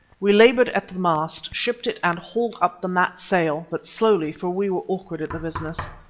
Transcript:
we laboured at the mast, shipped it and hauled up the mat sail, but slowly for we were awkward at the business.